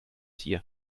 hier